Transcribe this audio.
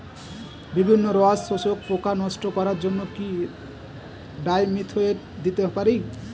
বিভিন্ন রস শোষক পোকা নষ্ট করার জন্য কি ডাইমিথোয়েট দিতে পারি?